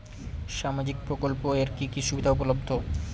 সামাজিক প্রকল্প এর কি কি সুবিধা উপলব্ধ?